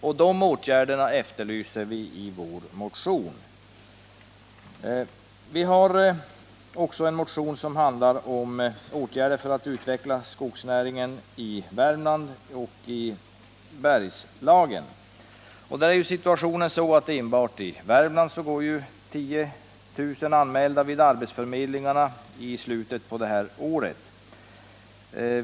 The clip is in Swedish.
Vi efterlyser sådana åtgärder i vår motion. Vi har också väckt en motion där vi föreslår åtgärder för att utveckla skogsnäringen i Värmland och i Bergslagen. Situationen är den att enbart i Värmland är 10 000 anmälda vid arbetsförmedlingarna.